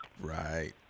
Right